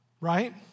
right